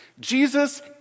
Jesus